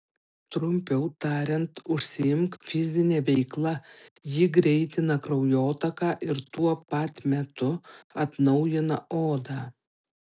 trumpiau tariant užsiimk fizine veikla ji greitina kraujotaką ir tuo pat metu atnaujina odą